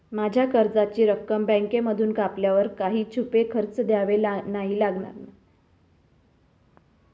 माझ्या कर्जाची रक्कम बँकेमधून कापल्यावर काही छुपे खर्च द्यावे नाही लागणार ना?